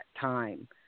time